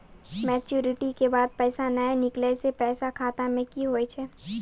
Maturity के बाद पैसा नए निकले से पैसा खाता मे की होव हाय?